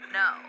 no